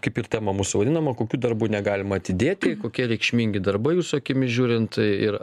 kaip ir tema mūsų vadinama kokių darbų negalima atidėti kokie reikšmingi darbai jūsų akimis žiūrint ir